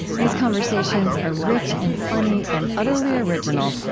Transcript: these conversations are rich and funny and utterly original,